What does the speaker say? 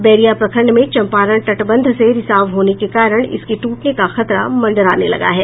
बैरिया प्रखंड में चंपारण तटबंध से रिसाव होने के कारण इसके ट्रटने का खतरा मंडराने लगा है